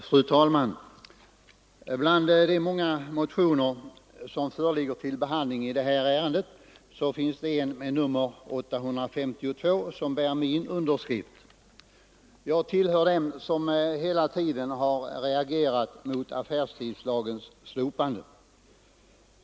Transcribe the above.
Fru talman! Bland de många motioner som föreligger till behandling i det här ärendet finns det en, nr 852, som bär min underskrift. Jag tillhör dem som hela tiden reagerat mot affärstidslagens slopande.